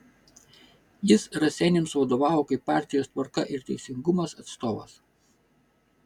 jis raseiniams vadovavo kaip partijos tvarka ir teisingumas atstovas